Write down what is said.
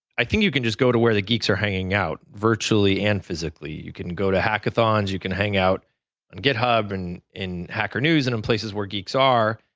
i think you can just go to where the geeks are hanging out virtually and physically. you can go to hackathons, you can hang out in and github, and in hacker news, and in places where geeks are.